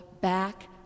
back